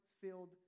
filled